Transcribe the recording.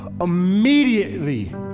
immediately